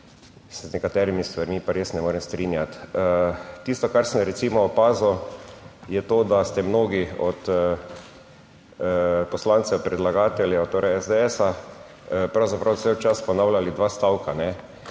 z nekaterimi stvarmi pa res ne morem strinjati. Tisto, kar sem recimo opazil, je to, da ste mnogi od poslancev predlagateljev, torej SDS, pravzaprav cel čas ponavljali dva stavka: